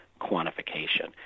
quantification